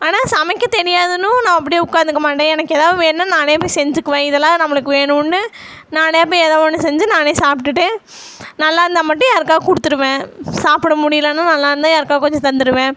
ஆனால் சமைக்கத் தெரியாதுனும் நான் அப்படியே உட்காந்துக்கமாட்டன் எனக்கு ஏதாவது வேணும்னா நானே போய் செஞ்சுக்குவன் இதெல்லாம் நம்மளுக்கு வேணும்னு நானே போய் எதாது ஒன்று செஞ்சு நானே சாப்பிட்டுட்டு நல்லாந்தால் மட்டும் யாருக்காவது கொடுத்துருவேன் சாப்பிட முடியலைனா நல்லாந்தால் யாருக்காவது கொஞ்சம் தந்துடுவேன்